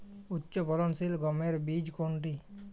উচ্চফলনশীল গমের বীজ কোনটি?